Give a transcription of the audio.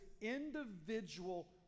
individual